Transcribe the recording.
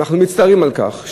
ואנחנו מצטערים על כך,